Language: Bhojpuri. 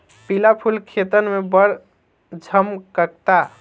पिला फूल खेतन में बड़ झम्कता